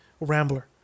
Rambler